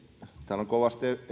täällä on kovasti